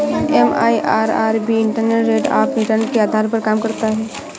MIRR भी internal rate of return के आधार पर काम करता है